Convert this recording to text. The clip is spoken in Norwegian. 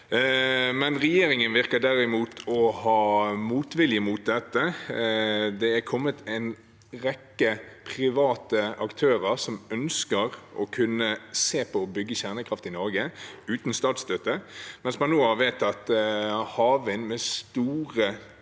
men regjeringen ser derimot ut til å ha motvilje mot dette. Det er kommet en rekke private aktører som ønsker å kunne se på bygging av kjernekraft i Norge uten statsstøtte, mens man nå har vedtatt havvind med stor